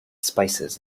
spices